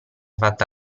fatta